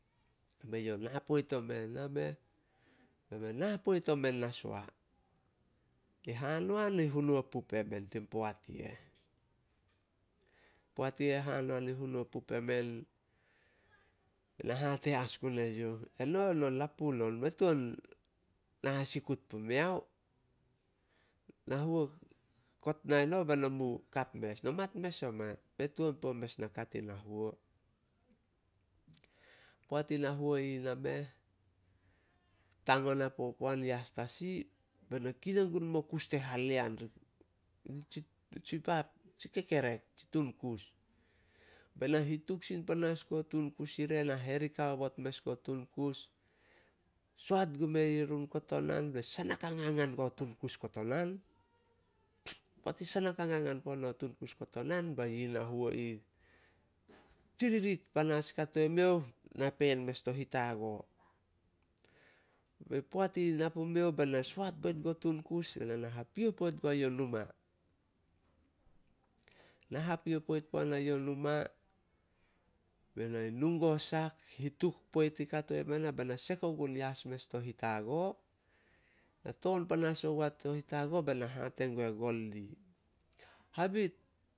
Be youh na poit o meh, nameh. Be men na poit o men Nashoa. E Hanoan i hunua pup emen tin poat i eh. Poat i eh, hanoan hunua pup emen, be na hate as gun e youh, eno, no lapun on, mei tuan na hasikut pumeao. Na huo kot nai no be no mu kap mes, no mat mes oma. Mei tuan puo mes naka tin na huo. Poat in na huo i nameh, tang ona popoan yas tasi, be na kinan gun mo kus te Halean, nitsi tun kus. Be na hituk sin panas guo tun kus ire, na herik haobot guo tun kus, soat gume run kotonan, be na sanak hangangan guo tun kus kotonan. Poat i sanak hangangan, bae yi na huo ih, tsirit panas katoi miouh, napeen mes to hitago. Ba poat i na pumiouh, be na soat poit guo tun kus, na hapio poit guai yuh numa. Na hapio poit puana youh numa, be na nu guo sak, hituk poit i kato i me na be na sek ogun yas mes to hitago. Na ton panas ogua to hitago, be na hate gue Goldie, "Habit